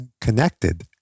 connected